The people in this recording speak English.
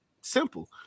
Simple